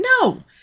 No